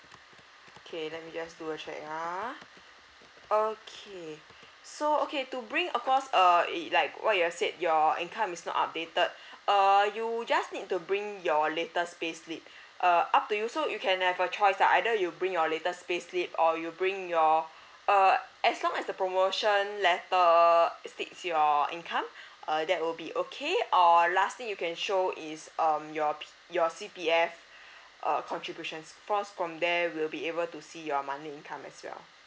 okay let me just do a check ya okay so okay to bring of course uh it like what you have said your income is not updated uh you just need to bring your latest payslip uh up to you so you can have a choice ah either you bring your latest payslip or you bring your uh as long as the promotion letter states your income uh that will be okay or last thing you can show is um your P your C_P_F err contributions because from there we'll be able to see your monthly income as well